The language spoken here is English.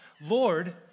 Lord